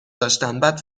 داشتن، بعد